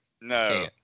No